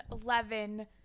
eleven